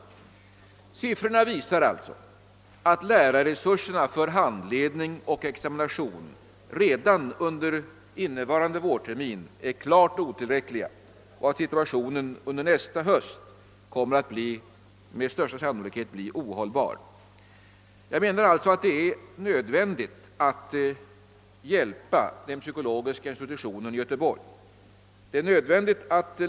Siffrorna visar, att lärarresurserna för handledning och examination redan under innevarande vårtermin är klart otillräckliga och att situationen under nästa höst med största sannolikhet kommet att bli ohållbar. Jag menar alltså att det är nödvändigt att förbättra situationen för psykologiska institutionen i Göteborg.